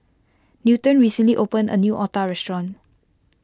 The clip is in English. Newton recently opened a new Otah restaurant